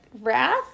wrath